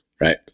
Right